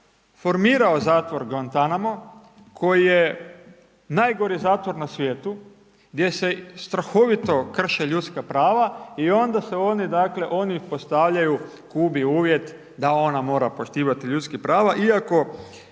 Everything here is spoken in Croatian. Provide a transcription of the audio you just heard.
formirao zatvor Guantanamo koji je najgori zatvor na svijetu, gdje se strahovito krše ljudska prava i onda se oni dakle, oni postavljaju Kubi uvjet da ona mora poštivati ljudska prava